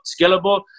scalable